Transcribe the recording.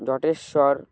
Jateshwar